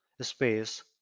space